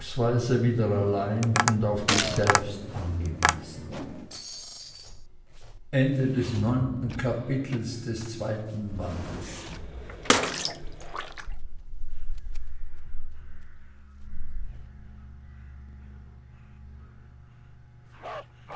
wieder allein und auf mich selbst angewiesen